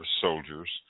soldiers